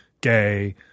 gay